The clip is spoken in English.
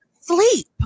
sleep